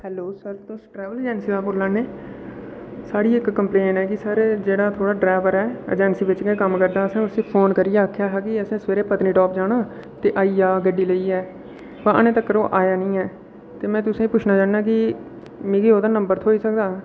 hello sir तुस travel agency दा बोल्ला ने थुआढ़ी इक कंम्पलेन ऐ सर जेह्ड़ा थुआढ़ा जेह्ड़ा ड्राइवर ऐ अजैंसी बिच गै कम्म करदा ऐ असें उस्सी फोन करियै आखेआ हा कि असें सबेरै पत्नीटाप जाना हा ते आई जा गड्डी लेइयै पर अजें तक्कर ओह् आया नेईं ऐ ते में तुसें गी पुच्छना चाह्न्नां कि मिगी ओह्दा नंबर थ्होई सकदा